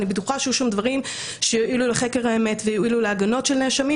אני בטוחה שיהיו שם דברים שיועילו לחקר האמת ויועילו להגנות של נאשמים,